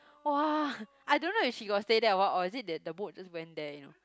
!wah! I don't know if she got stay there or what or is it that the boat just went there you know